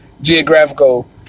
geographical